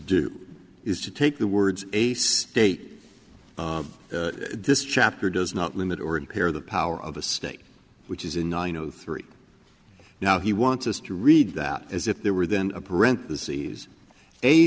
do is to take the words a state this chapter does not limit or impair the power of a state which is in nine zero three now he wants us to read that as if there were then a parentheses a